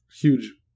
huge